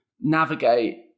navigate